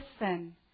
listen